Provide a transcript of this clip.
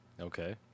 Okay